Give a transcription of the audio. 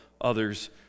others